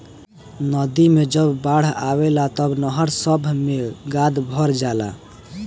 नदी मे जब बाढ़ आवेला तब नहर सभ मे गाद भर जाला